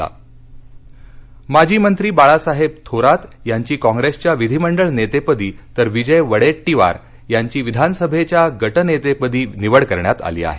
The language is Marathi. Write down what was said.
कॉंग्रेस नियुक्त्या माजी मंत्री बाळासाहेब थोरात यांची काँग्रेसच्या विधिमंडळ नेतेपदी तर विजय वडेट्टीवार यांची विधानसभेच्या गटनेतेपदी निवड करण्यात आली आहे